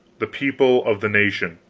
the people of the nation.